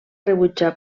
rebutjar